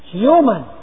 human